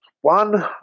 one